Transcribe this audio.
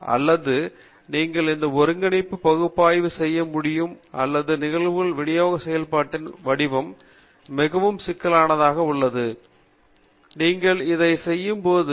அல்லது நீங்கள் இந்த ஒருங்கிணைப்பு பகுப்பாய்வு செய்ய முடியும் அல்லது நிகழ்தகவு விநியோகம் செயல்பாடுகளை வடிவம் மிகவும் சிக்கலாக உள்ளது என்றால் நீங்கள் அதை எண்ணி செய்ய வேண்டும்